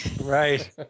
right